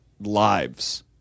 lives